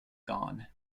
gone